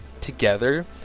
together